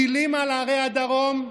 טילים על ערי הדרום,